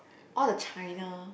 all the China